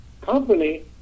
Company